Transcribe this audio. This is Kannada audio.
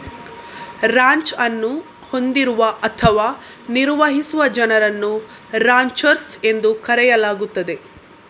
ರಾಂಚ್ ಅನ್ನು ಹೊಂದಿರುವ ಅಥವಾ ನಿರ್ವಹಿಸುವ ಜನರನ್ನು ರಾಂಚರ್ಸ್ ಎಂದು ಕರೆಯಲಾಗುತ್ತದೆ